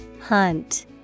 Hunt